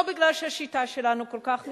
לא בגלל שהשיטה שלנו כל כך נפלאה,